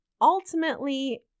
ultimately